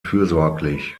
fürsorglich